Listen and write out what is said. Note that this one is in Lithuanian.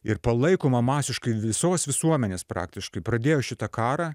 ir palaikoma masiškai visos visuomenės praktiškai pradėjo šitą karą